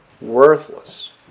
worthless